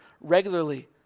regularly